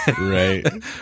Right